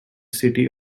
city